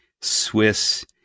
Swiss